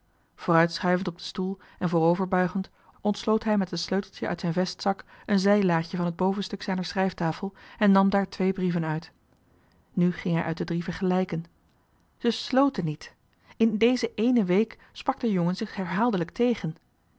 zwakte vooruitschuivend op den stoel en vooroverbuigend ontsloot hij met een sleuteltje uit zijn vestzak een zijlaadje van het bovenstuk zijner schrijftafel en nam daar twee brieven uit nu ging hij uit de drie vergelijken ze sloten niet in deze ééne week sprak de jongen zich herhaaldelijk tegen